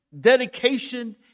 dedication